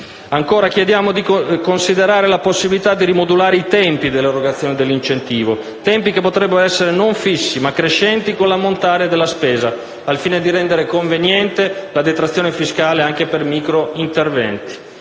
Chiediamo poi di considerare la possibilità di rimodulare i tempi dell'erogazione dell'incentivo, tempi che potrebbero essere non fissi, ma crescenti con l'ammontare della spesa, al fine di rendere conveniente la detrazione fiscale anche per microinterventi.